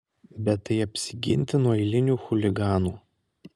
bet tai apsiginti nuo eilinių chuliganų